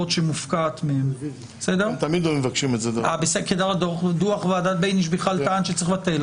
בסוף אותו עובד יבוא איתכם בוויכוח הוא יקבל לבנק 600 שקל,